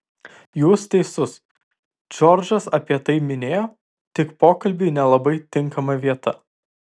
jūs teisus džordžas apie tai minėjo tik pokalbiui nelabai tinkama vieta